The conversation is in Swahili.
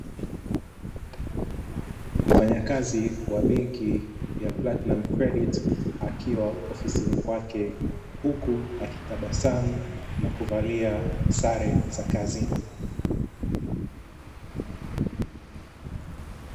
Mfanyakazi wa benki ya "PLATINUM CREDIT" akiwa ofisini kwake huku akitabasamu na kuvalia sare za kazini.